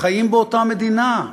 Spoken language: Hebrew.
חיים באותה מדינה,